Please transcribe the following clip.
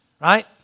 right